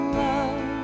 love